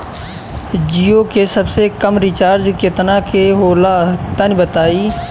जीओ के सबसे कम रिचार्ज केतना के होला तनि बताई?